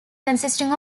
consisting